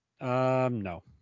no